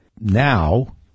now